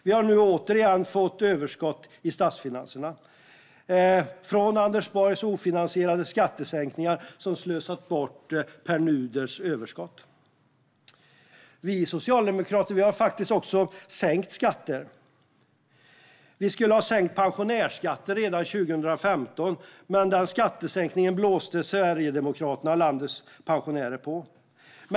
Vi har nu återigen fått överskott i statsfinanserna efter Anders Borgs ofinansierade skattesänkningar som slösat bort Pär Nuders överskott. Vi socialdemokrater har faktiskt också sänkt skatter. Vi skulle ha sänkt pensionärsskatten redan 2015, men den skattesänkningen blåste Sverigedemokraterna landets pensionärer på.